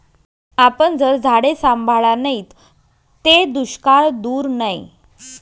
आपन जर झाडे सांभाळा नैत ते दुष्काळ दूर नै